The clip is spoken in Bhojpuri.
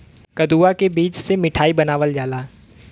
कदुआ के बीज से मिठाई बनावल जाला